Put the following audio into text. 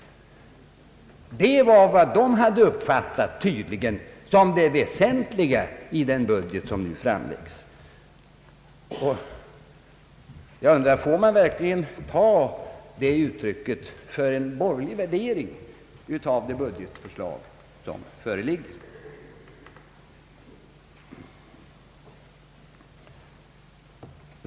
Det var tydligen vad man hade uppfattat som det väsentliga i den budget som nu framläggs. Jag undrar, är detta uttryck för en borgerlig värdering av det budgetförslag som föreligger?